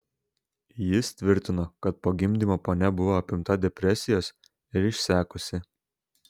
jis tvirtino kad po gimdymo ponia buvo apimta depresijos ir išsekusi